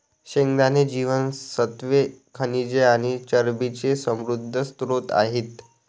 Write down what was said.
शेंगदाणे जीवनसत्त्वे, खनिजे आणि चरबीचे समृद्ध स्त्रोत आहेत